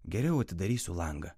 geriau atidarysiu langą